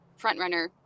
Frontrunner